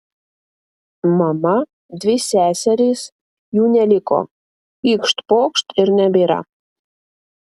mama dvi seserys jų neliko pykšt pokšt ir nebėra